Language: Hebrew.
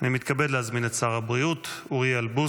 8 מטי צרפתי הרכבי (יש עתיד): 8 שר הבריאות אוריאל בוסו: